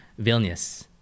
Vilnius